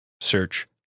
search